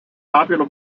popular